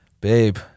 babe